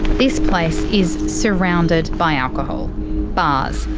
this place is surrounded by alcohol bars,